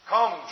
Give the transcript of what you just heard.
Come